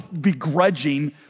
begrudging